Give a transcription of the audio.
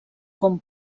com